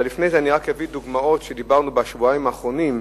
אבל לפני זה אני אביא דוגמאות שדיברנו עליהן בשבועיים האחרונים,